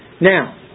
Now